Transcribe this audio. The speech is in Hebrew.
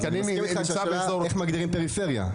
אני מסכים איתך צריך לחשוב איך מגדירים פריפריה?